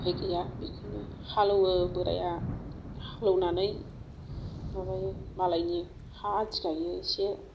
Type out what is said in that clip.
उफाय गैया हालौवो बोराया हालौनानै बेनिफ्राय मालायनि हा आदि गायो एसे